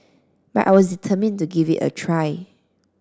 but I was determined to give it a try